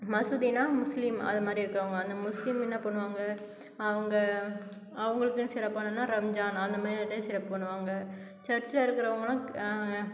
மசூதின்னா முஸ்லீம் அதுமாதிரி இருக்கிறவங்க அந்த முஸ்லீம் என்ன பண்ணுவாங்க அவங்க அவங்களுக்குன்னு சிறப்பு என்னன்னா ரம்ஜான் அந்தமாதிரி சிறப்பு பண்ணுவாங்க சர்ச்சில் இருக்கிறவங்களும்